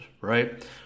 right